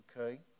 Okay